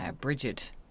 Bridget